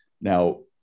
Now